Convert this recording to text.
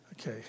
Okay